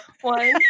one